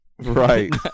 Right